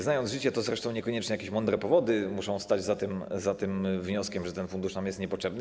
Znając życie, to zresztą niekoniecznie jakieś mądre powody muszą stać za tym wnioskiem, że ten fundusz nam jest niepotrzebny.